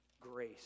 grace